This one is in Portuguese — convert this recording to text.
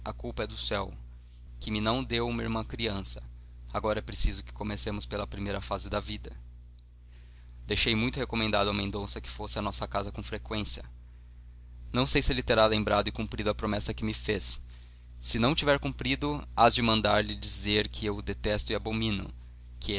culpa é do céu que me não deu uma irmã criança agora é preciso que comecemos pela primeira fase da vida deixei muito recomendado ao mendonça que fosse à nossa casa com freqüência não sei se ele se terá lembrado e cumprido a promessa que me fez se não tiver cumprido hás de mandar lhe dizer que eu o detesto e abomino que